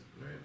Right